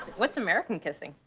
what's american kissing?